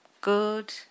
good